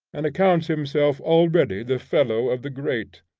and accounts himself already the fellow of the great.